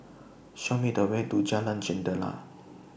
Show Me The Way to Jalan Jentera